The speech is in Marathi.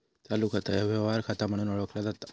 चालू खाता ह्या व्यवहार खाता म्हणून ओळखला जाता